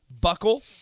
Buckle